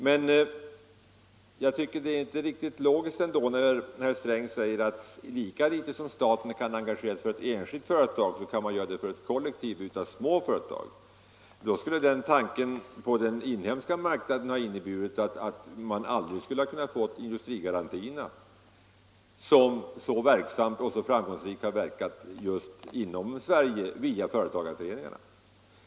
Men jag tycker ändå inte att det är riktigt logiskt när herr Sträng säger att på samma sätt som staten inte kan engagera sig för ett enskilt företag kan man inte engagera sig för ett kollektiv av små företag. Ett förverkligande av den tanken på den inhemska marknaden skulle ha inneburit att man aldrig kunnat få industrigarantierna, som så framgångsrikt verkat just inom Sverige via företagarföreningarna.